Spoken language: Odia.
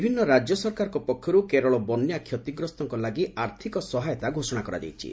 ବିଭିନ୍ନ ରାଜ୍ୟ ସରକାରଙ୍କ ପକ୍ଷର୍ କେରଳ ବନ୍ୟା କ୍ଷତିଗ୍ରସଙ୍କ ଲାଗି ଆର୍ଥକ ସହାୟତା ଘୋଷଣା କରାଯାଇଛି